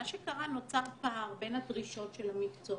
מה שקרה, נוצר פער בין הדרישות של המקצוע,